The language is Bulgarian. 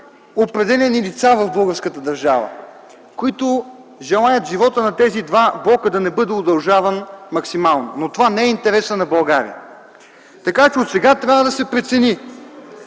определени лица в българската държава, които желаят живота на тези два блока да не бъде удължаван максимално. Но това не е интересът на България. Така че от сега трябва да се прецени.